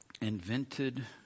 invented